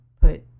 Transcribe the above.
put